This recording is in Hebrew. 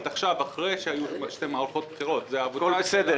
אחרי שהיו שתי מערכות בחירות --- בסדר,